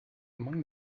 among